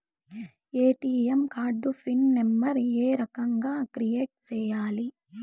ATM card pin number ఏ రకంగా create సేయాలి